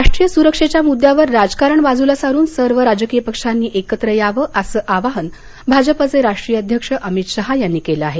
राष्ट्रीय सुरक्षेच्या मुद्द्यावर राजकारण बाजूला सारून सर्व राजकीय पक्षांनी एकत्र यावं असं आवाहन भाजपचे राष्ट्रीय अध्यक्ष अमित शहा यांनी केलं आहे